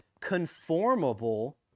conformable